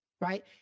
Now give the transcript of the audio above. right